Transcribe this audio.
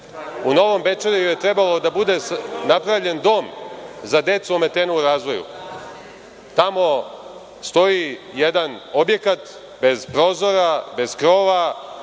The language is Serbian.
U Novom Bečeju je trebao da bude napravljen dom za decu ometenu u razvoju. Tamo stoji jedan objekat bez prozora, bez krova,